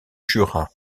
jura